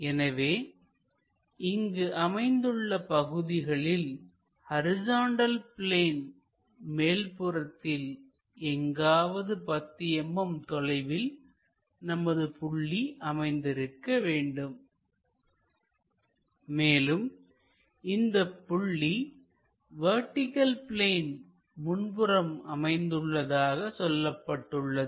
எனவே இங்கு அமைந்துள்ள பகுதிகளில் ஹரிசாண்டல் பிளேன் மேல்புறத்தில் எங்காவது 10 mm தொலைவில் நமது புள்ளி அமைந்திருக்க வேண்டும் மேலும் இந்தப் புள்ளி வெர்டிகள் பிளேன் முன்புறம் அமைந்துள்ளதாக சொல்லப்பட்டுள்ளது